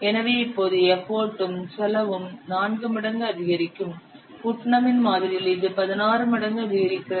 எனவே இப்போது எஃபர்ட்டும் செலவும் 4 மடங்கு அதிகரிக்கும் புட்னமின் மாதிரியில் Putnam's model இது 16 மடங்கு அதிகரிக்கிறது